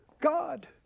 God